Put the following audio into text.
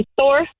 Thor